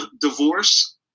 divorce